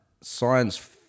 Science